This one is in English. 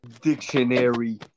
dictionary